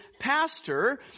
pastor